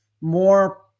more